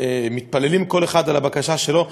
מתפללים כל אחד על הבקשה שלו,